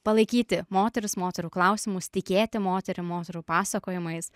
palaikyti moteris moterų klausimus tikėti moterim moterų pasakojimais